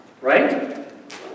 right